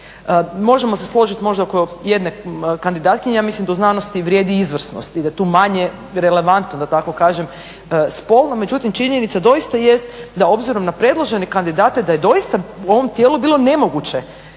Možemo se složiti možda oko jedne kandidatkinje, ja mislim da u znanosti vrijedi izvrsnost i da tu manje relevantno da tako kažem spolno, međutim činjenica doista jest da obzirom na predložene kandidate da je doista u ovom tijelu bilo nemoguće